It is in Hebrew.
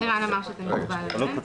ערן אמר שזה מקובל עליהם.